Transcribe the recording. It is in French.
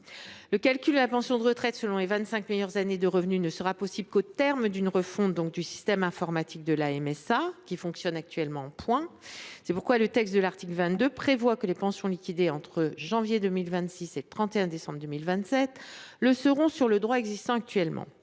Le calcul de la pension de retraite basé sur les vingt cinq meilleures années de revenus ne sera possible qu’au terme d’une refonte du système informatique de la MSA, qui fonctionne actuellement en points. C’est pourquoi l’article 22 du présent PLFSS prévoit que les pensions liquidées entre janvier 2026 et le 31 décembre 2027 le seront selon le droit en vigueur